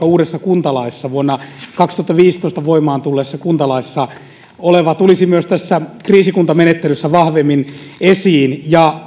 uudessa vuonna kaksituhattaviisitoista voimaan tulleessa kuntalaissa oleva kuntakonserniajattelu tulisi myös tässä kriisikuntamenettelyssä vahvemmin esiin ja